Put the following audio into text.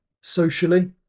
Socially